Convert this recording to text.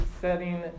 setting